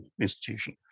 institution